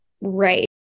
Right